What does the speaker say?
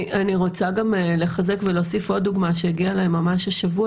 אני רוצה גם לחזק ולהוסיף עוד דוגמה שהגיעה אליי ממש השבוע,